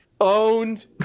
Owned